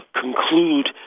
conclude